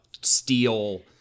steel